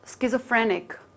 schizophrenic